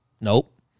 nope